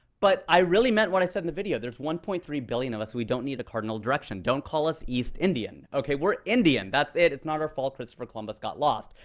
but i really meant what i said in the video. there's one point three billion of us. we don't need a cardinal direction. don't call us east indian. ok? we're indian. that's it. it's not our fault christopher columbus got lost.